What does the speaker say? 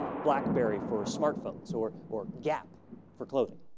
ah blackberry for smartphones or or gap for clothing.